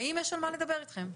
האם יש על מה לדבר אתכם?